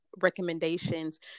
recommendations